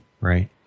right